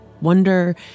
wonder